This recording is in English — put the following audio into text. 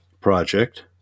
project